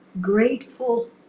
grateful